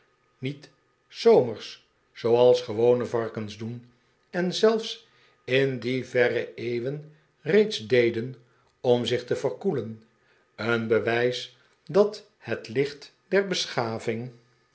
niet s zorriers zooals gewone varkens doen en zelfs in die verre eeuwen reeds deden om zich te verkoelen een bewijs dat het licht der beschaving